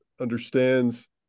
understands